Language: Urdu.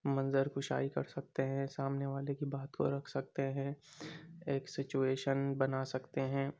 منظر کُشائی کر سکتے ہیں سامنے والے کی بات کو رکھ سکتے ہیں ایک سیچویشن بنا سکتے ہیں